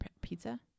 pizza